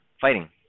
fighting